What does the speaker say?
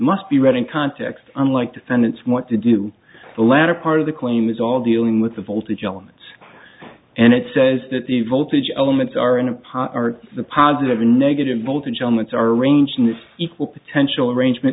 must be read in context unlike defendants what to do the latter part of the claim is all dealing with the voltage elements and it says that the voltage elements are in a part the positive and negative voltage elements are arranged in an equal potential arrangement